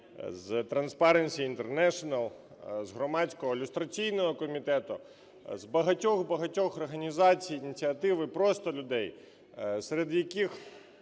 з Transparency International, з Громадського люстраційного комітету, з багатьох-багатьох організацій, ініціатив і просто людей, серед яких,